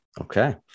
Okay